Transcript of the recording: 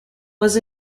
was